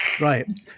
Right